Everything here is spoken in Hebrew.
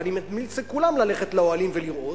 ואני ממליץ לכולם ללכת לאוהלים ולראות,